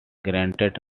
granted